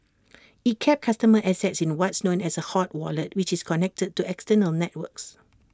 IT kept customer assets in what's known as A hot wallet which is connected to external networks